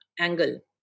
angle